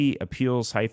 appeals